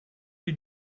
did